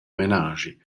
menaschi